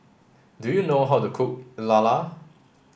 do you know how to cook Lala